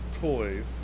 toys